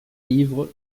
livres